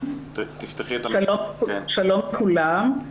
שלום לכולם.